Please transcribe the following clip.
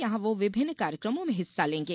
यहां वो विभिन्न कार्यक्रमों में हिस्सा लेंगे